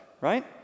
Right